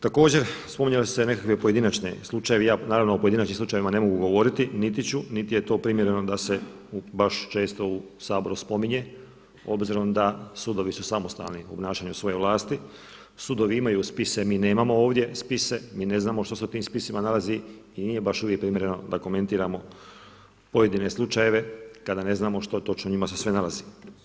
Također spominjali ste nekakve pojedinačne slučajeve i ja naravno o pojedinačnim slučajevima ne mogu govoriti, niti ću, niti je to primjereno da se baš često u Saboru spominje, obzirom da sudovi su samostalni u obnašanju svoje vlasti, sudovi imaju spise, mi nemamo ovdje spise, mi ne znamo što se u tim spisima nalazi i nije baš uvijek primjereno da komentiramo pojedine slučajeve kada ne znamo što točno se u njima nalazi.